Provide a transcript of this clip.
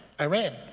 Iran